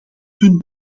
punt